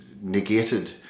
negated